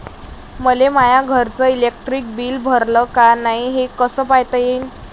मले माया घरचं इलेक्ट्रिक बिल भरलं का नाय, हे कस पायता येईन?